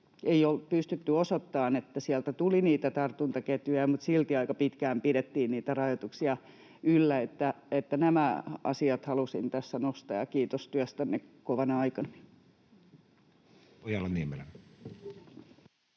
ei ole pystytty osoittamaan, että sieltä tuli niitä tartuntaketjuja, mutta silti aika pitkään pidettiin niitä rajoituksia yllä. Nämä asiat halusin tässä nostaa, ja kiitos työstänne kovana aikana.